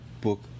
book